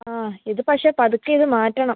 ആ ഇത് പക്ഷെ പതുക്കെ ഇത് മാറ്റണം